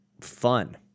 fun